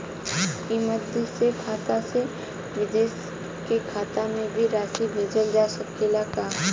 ई माध्यम से खाता से विदेश के खाता में भी राशि भेजल जा सकेला का?